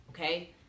Okay